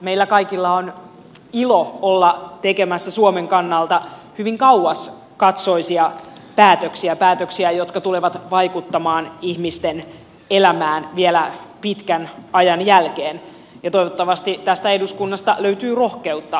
meillä kaikilla on ilo olla tekemässä suomen kannalta hyvin kauaskatseisia päätöksiä päätöksiä jotka tulevat vaikuttamaan ihmisten elämään vielä pitkän ajan jälkeen ja toivottavasti tästä eduskunnasta löytyy rohkeutta päätöksentekoon